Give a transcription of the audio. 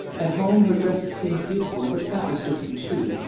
at home her dress had seemed beautiful but that was different, too,